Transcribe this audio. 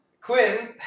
Quinn